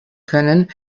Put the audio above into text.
können